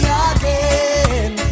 again